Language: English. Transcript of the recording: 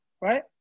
right